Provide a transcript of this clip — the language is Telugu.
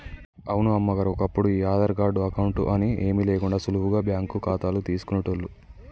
అవును అమ్మగారు ఒప్పుడు ఈ ఆధార్ కార్డు అకౌంట్ అని ఏమీ లేకుండా సులువుగా బ్యాంకు ఖాతాలు తీసుకునేటోళ్లు